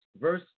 Verse